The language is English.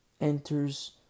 Enters